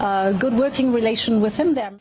good working relation with him th